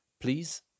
please